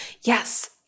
Yes